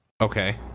Okay